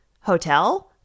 hotel